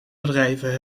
bedrijven